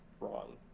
wrong